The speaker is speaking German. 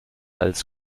als